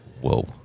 Whoa